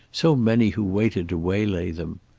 so many who waited to waylay them.